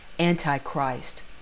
Antichrist